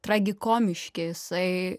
tragikomiški jisai